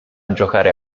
giocare